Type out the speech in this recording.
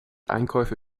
einkäufe